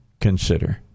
consider